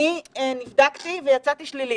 אני נבדקתי ויצאתי שלילית.